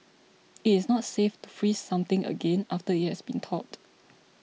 it is not safe to freeze something again after it has thawed